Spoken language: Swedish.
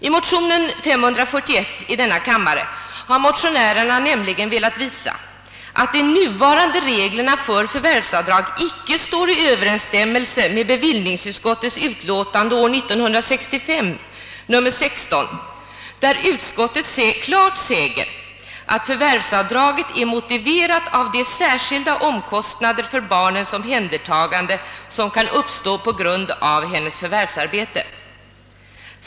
I motion nr 541 i denna kammare har motionärerna velat visa att de nuvarande reglerna för förvärvsavdrag icke står i överenisstämmelse med bevillningsutskottets betänkande nr 16:1965, där utskottet klart säger att förvärvsavdraget är motiverat av de särskilda omkostnader för barnens omhändertagande som kan uppstå på grund av moderns förvärvsarbete.